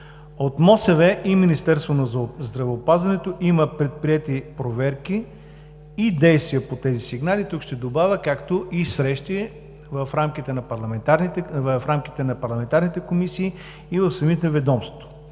От МОСВ и Министерство на здравеопазването има предприети проверки и действия по тези сигнали, тук ще добавя, както и срещи в рамките на парламентарните комисии и в самите ведомства.